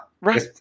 Right